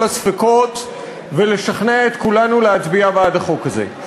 הספקות ולשכנע את כולנו להצביע בעד החוק הזה.